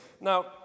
Now